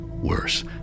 Worse